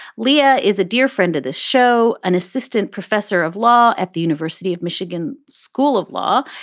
leah is a dear friend of the show, an assistant professor of law at the university of michigan school of law.